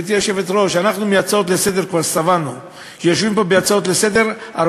גברתי היושבת-ראש, אנחנו מהצעות לסדר כבר שבענו.